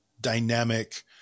dynamic